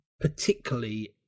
particularly